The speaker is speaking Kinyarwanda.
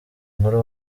nkuru